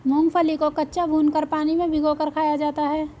मूंगफली को कच्चा, भूनकर, पानी में भिगोकर खाया जाता है